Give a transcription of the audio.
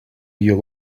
you